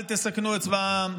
אל תסכנו את צבא העם.